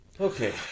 Okay